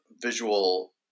visual